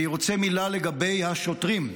אני רוצה מילה לגבי השוטרים.